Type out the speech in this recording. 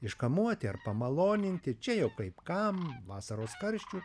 iškamuoti ar pamaloninti čia jau kaip kam vasaros karščių